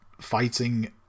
fighting